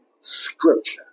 scripture